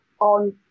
on